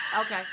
Okay